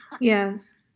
Yes